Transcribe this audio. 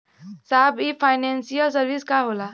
साहब इ financial service का होला?